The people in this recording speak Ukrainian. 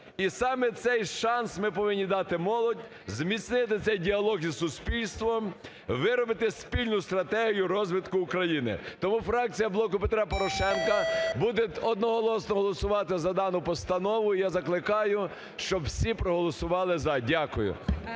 І саме цей шанс ми повинні дати молоді, зміцнити цей діалог із суспільством, виробити спільну стратегію розвитку України. Тому фракція "Блоку Петра Порошенка" буде одноголосно голосувати з дану постанову, і я закликаю, щоб всі проголосували "за". Дякую.